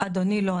אדוני, לא.